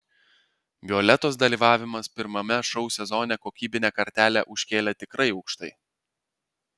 violetos dalyvavimas pirmajame šou sezone kokybinę kartelę užkėlė tikrai aukštai